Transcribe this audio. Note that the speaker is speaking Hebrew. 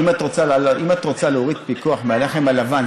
כי אם את רוצה להוריד פיקוח מהלחם הלבן,